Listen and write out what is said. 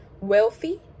wealthy